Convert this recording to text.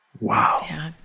wow